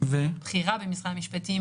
בכירה במשרד המשפטים,